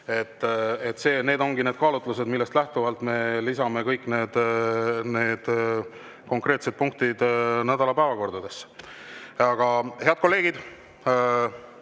Need ongi need kaalutlused, millest lähtuvalt me lisame kõik konkreetsed punktid nädala päevakorda. Head kolleegid,